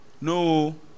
no